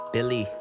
Billy